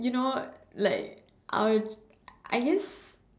you know like I'd I guess